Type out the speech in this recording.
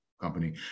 company